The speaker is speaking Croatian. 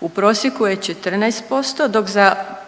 u prosjeku je 14%, dok za